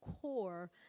core